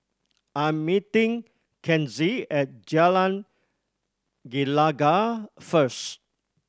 I'm meeting Kenzie at Jalan Gelegar first